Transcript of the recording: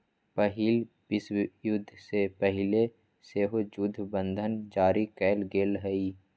पहिल विश्वयुद्ध से पहिले सेहो जुद्ध बंधन जारी कयल गेल हइ